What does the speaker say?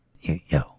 yo